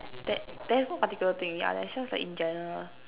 ther~ there is no particular thing yeah that's just like in general